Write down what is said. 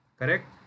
correct